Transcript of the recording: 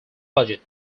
budget